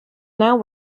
now